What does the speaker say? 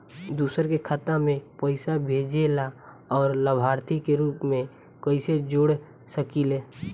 दूसरे के खाता में पइसा भेजेला और लभार्थी के रूप में कइसे जोड़ सकिले?